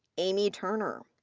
aimee turner.